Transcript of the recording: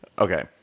okay